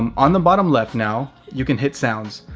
um on the bottom left now, you can hit sounds.